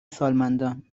سالمندان